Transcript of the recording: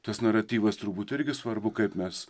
tas naratyvas turbūt irgi svarbu kaip mes